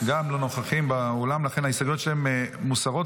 גם לא נוכחים באולם ולכן ההסתייגויות שלהם מוסרות.